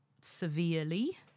severely